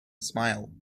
smile